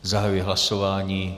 Zahajuji hlasování.